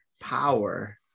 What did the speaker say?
power